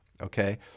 okay